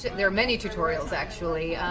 there are many tutorials, actually,